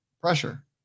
pressure